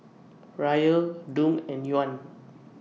Riyal Dong and Yuan